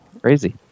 Crazy